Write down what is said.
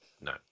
No